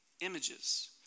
images